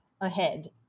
ahead